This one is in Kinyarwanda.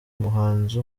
umuhanzi